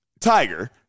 Tiger